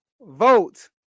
vote